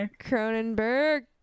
cronenberg